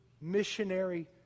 missionary